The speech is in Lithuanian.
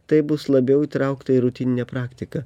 tai bus labiau įtraukta į rutininę praktiką